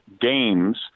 games